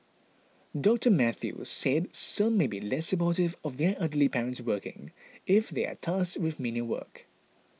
Doctor Mathew said some may be less supportive of their elderly parents working if they are tasked with menial work